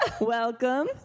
Welcome